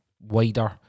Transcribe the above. wider